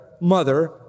mother